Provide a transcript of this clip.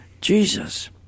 Jesus